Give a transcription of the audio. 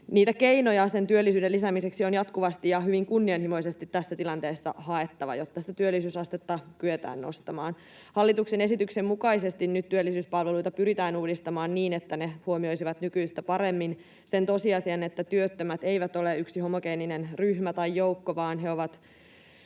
Niitä keinoja työllisyyden lisäämiseksi on jatkuvasti ja hyvin kunnianhimoisesti tässä tilanteessa haettava, jotta sitä työllisyysastetta kyetään nostamaan. Hallituksen esityksen mukaisesti työllisyyspalveluita pyritään nyt uudistamaan niin, että ne huomioisivat nykyistä paremmin sen tosiasian, että työttömät eivät ole yksi homogeeninen ryhmä tai joukko vaan he ovat